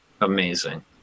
amazing